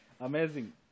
amazing